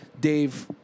Dave